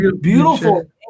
beautiful